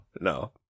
no